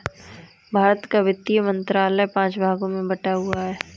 भारत का वित्त मंत्रालय पांच भागों में बटा हुआ है